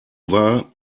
war